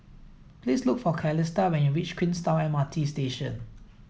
please look for Calista when you reach Queenstown M R T Station